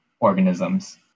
Organisms